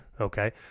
Okay